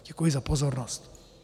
Děkuji za pozornost.